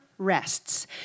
rests